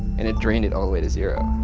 and it drained it all the way to zero.